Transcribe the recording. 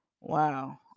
Wow